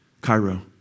Cairo